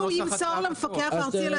הכוונה היא שהוא ימסור למפקח הארצי על